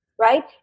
right